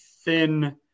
thin